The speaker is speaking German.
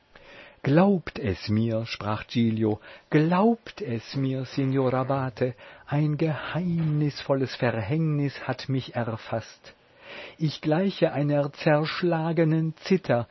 glaubt es mir sprach giglio glaubt es mir signor abbate ein geheimnisvolles verhängnis hat mich erfaßt ich gleiche einer zerschlagenen zither